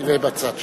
תראה בצד שם.